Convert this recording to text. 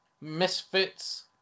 Misfits